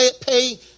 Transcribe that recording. pay